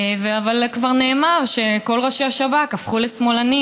אבל כבר נאמר שכל ראשי השב"כ הפכו לשמאלנים,